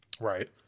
Right